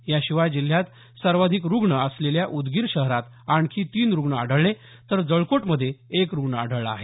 याशिवाय जिल्ह्यात सर्वाधिक रूग्ण असलेल्या उदगीर शहरात आणखी तीन रूग्ण आढळले तर जळकोटमध्ये एक रूग्ण आढळला आहे